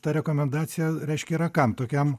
ta rekomendacija reiškia yra kam tokiam